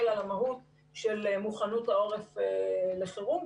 על המהות של מוכנות העורף לחירום,